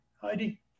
Heidi